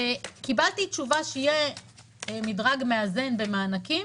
קיבלתי תשובה שיהיה מדרג מאזן במענקים.